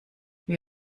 wie